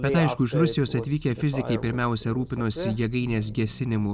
bet aišku iš rusijos atvykę fizikai pirmiausia rūpinosi jėgainės gesinimu